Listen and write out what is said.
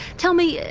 tell me,